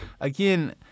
again